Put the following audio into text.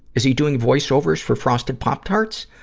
is he doing voice-overs for frosted pop tarts?